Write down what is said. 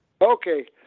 Okay